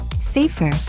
safer